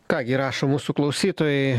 ką gi rašo mūsų klausytojai